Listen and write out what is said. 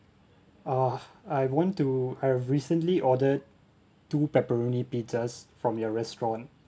uh I want to I've recently ordered two pepperoni pizzas from your restaurant